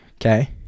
Okay